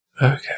Okay